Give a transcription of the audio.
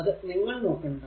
അത് നിങ്ങൾ നോക്കണ്ട